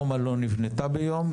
רומא לא נבנתה ביום,